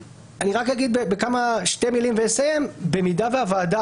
אני רק אגיד בשתי מילים שבמידה והוועדה,